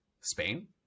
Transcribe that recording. Spain